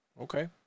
Okay